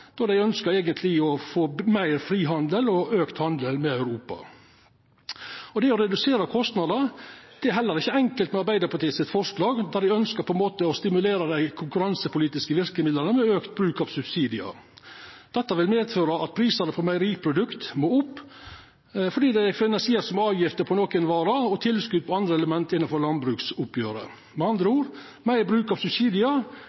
då dei ønskjer å få meir frihandel og auka handel med Europa. Det å redusera kostnadene er heller ikkje enkelt med Arbeidarpartiet sitt forslag, då dei ønskjer å stimulera dei konkurransepolitiske verkemidla med auka bruk av subsidiar. Dette vil medføra at prisane på meieriprodukt må opp, fordi dei er finansierte ved avgifter på nokre varer og tilskot på andre element innanfor landbruksoppgjeret. Med andre